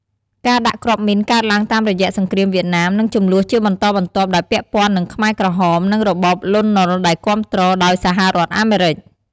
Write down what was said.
ការដាក់គ្រាប់មីនកើតឡើងតាមរយៈសង្គ្រាមវៀតណាម និងជម្លោះជាបន្តបន្ទាប់ដែលពាក់ព័ន្ធនឹងខ្មែរក្រហម និងរបបលន់នល់ដែលគាំទ្រ ដោយសហរដ្ឋអាមេរិក។